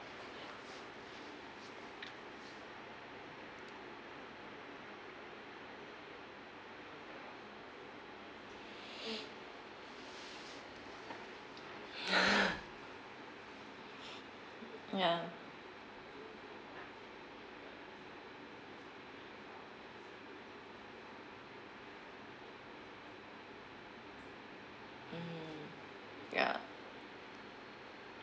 ya mm ya